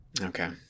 okay